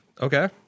Okay